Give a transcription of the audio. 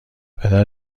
پدر